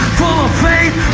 full of faith,